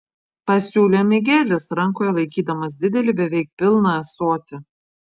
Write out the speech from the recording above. pasiūlė migelis rankoje laikydamas didelį beveik pilną ąsotį